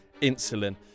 insulin